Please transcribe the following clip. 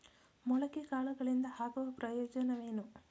ಮೊಳಕೆ ಕಾಳುಗಳಿಂದ ಆಗುವ ಪ್ರಯೋಜನವೇನು?